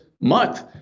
month